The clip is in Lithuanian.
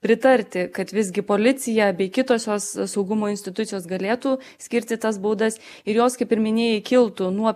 pritarti kad visgi policija bei kitos jos saugumo institucijos galėtų skirti tas baudas ir jos kaip ir minėjai kiltų nuo